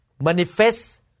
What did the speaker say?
manifest